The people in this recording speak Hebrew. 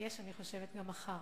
אני חושבת שיש מחר,